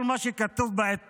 אז כל מה שכתוב בעיתון,